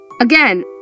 Again